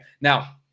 Now